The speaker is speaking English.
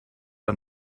are